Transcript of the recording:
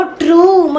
true